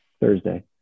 Thursday